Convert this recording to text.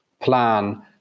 plan